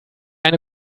eine